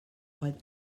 oedd